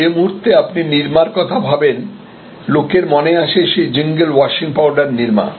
যে মুহুর্তে আপনি নিরমার কথা ভাবেন লোকের মনে আসে সেই জিঙ্গল ওয়াশিং পাউডার নিরমা